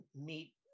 meet